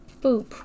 Boop